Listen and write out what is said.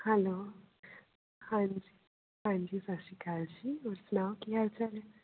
hello ਹਾਂਜੀ ਹਾਂਜੀ ਸਤਿ ਸ਼੍ਰੀ ਅਕਾਲ ਜੀ ਹੋਰ ਸੁਣਾਓ ਕੀ ਹਾਲ ਚਾਲ ਹੈ